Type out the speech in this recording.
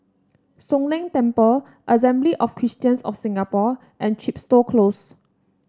Soon Leng Temple Assembly of Christians of Singapore and Chepstow Close